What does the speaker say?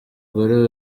gore